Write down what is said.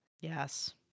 Yes